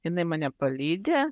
jinai mane palydi